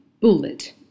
bullet